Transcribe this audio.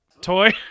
toy